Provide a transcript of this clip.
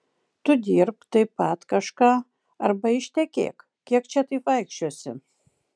tu dirbk taip pat kažką arba ištekėk kiek čia taip vaikščiosi